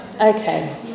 okay